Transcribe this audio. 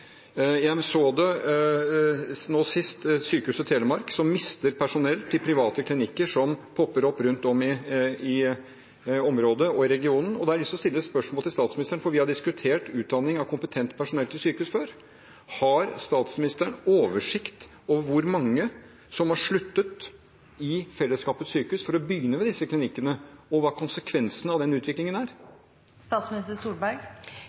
så det nå sist ved Sykehuset Telemark, som mister personell til private klinikker som popper opp rundt om i området og i regionen. Da har jeg lyst til å stille et spørsmål til statsministeren, for vi har diskutert utdanning av kompetent personell til sykehus før. Har statsministeren oversikt over hvor mange som har sluttet i fellesskapets sykehus for å begynne ved disse klinikkene, og hva konsekvensene av den utviklingen er?